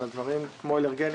אבל דברים כמו אלרגנים,